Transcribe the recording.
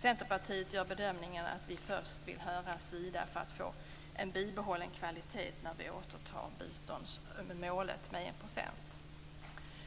Centerpartiet gör bedömningen att vi först vill höra Sida för att få en bibehållen kvalitet när vi återtar biståndsmålet 1 %.